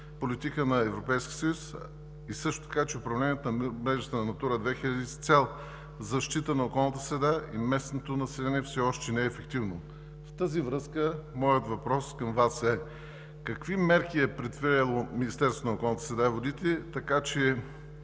съюз, а също така, че управлението на мрежата на „Натура 2000“ с цел защита на околната среда и местното население все още не е ефективно. В тази връзка моят въпрос към Вас е: какви мерки е предприело Министерството на околната среда и водите, така че